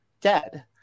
dead